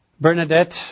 Bernadette